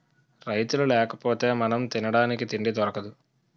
రైతులు లేకపోతె మనం తినడానికి తిండి దొరకదు